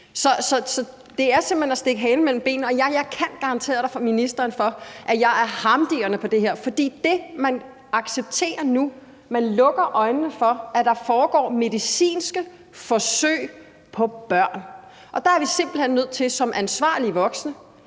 Så det er simpelt hen at stikke halen mellem benene. Og jeg kan garantere ministeren for, at jeg er harmdirrende over det her, for det, man accepterer nu, og som man lukker øjnene for, er, at der foregår medicinske forsøg på børn. Og der er vi nødt til som ansvarlige voksne